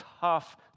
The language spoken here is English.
tough